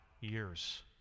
years